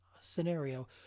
scenario